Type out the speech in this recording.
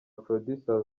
producers